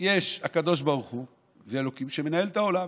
יש הקדוש ברוך הוא, אלוקים, שמנהל את העולם.